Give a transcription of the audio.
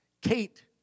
Kate